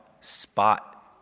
Spot